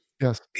Yes